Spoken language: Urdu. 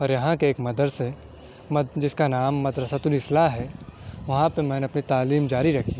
اور یہاں کے ایک مدرسے جس کا نام مدرسۃ الاصلاح ہے وہاں پہ میں نے اپنی تعلیم جاری رکھی